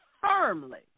firmly